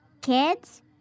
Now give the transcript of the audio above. Kids